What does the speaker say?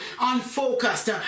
unfocused